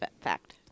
fact